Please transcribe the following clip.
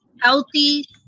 healthy